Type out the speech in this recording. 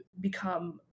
become